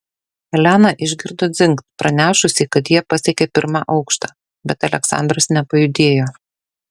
elena išgirdo dzingt pranešusį kad jie pasiekė pirmą aukštą bet aleksandras nepajudėjo